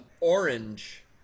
orange